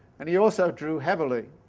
and he also drew heavily,